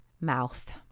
mouth